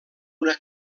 una